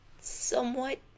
somewhat